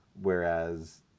whereas